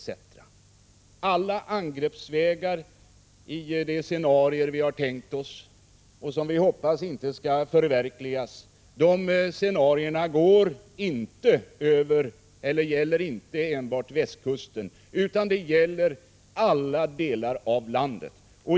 Inte alla angreppsvägar i de scenarier vi har tänkt oss — men som vi hoppas inte skall förverkligas — går över västkusten, utan de gäller alla delar av landet.